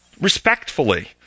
respectfully